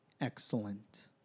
excellent